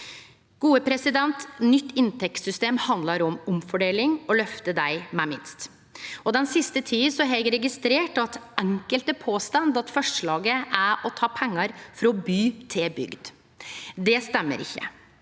kostnadsnøkkelen. Nytt inntektssystem handlar om omfordeling og å lyfte dei med minst. Den siste tida har eg registrert at enkelte påstår at forslaget er å ta pengar frå by til bygd. Det stemmer ikkje.